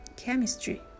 ,chemistry